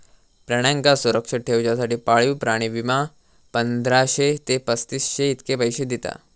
प्राण्यांका सुरक्षित ठेवच्यासाठी पाळीव प्राणी विमा, पंधराशे ते पस्तीसशे इतके पैशे दिता